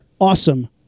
awesome